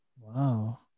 Wow